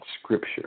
scripture